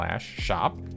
shop